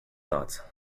thoughts